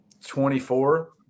24